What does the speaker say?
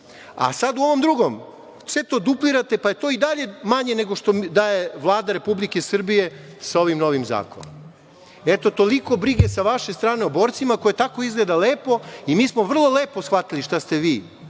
Sad u ovom drugom, sve to duplirate, pa je to i dalje manje nego što daje Vlada Republike Srbije sa ovim novim zakonom. Eto, toliko brige sa vaše strane o borcima, a koja tako izgleda lepo. I mi smo vrlo lepo shvatili šta ste vi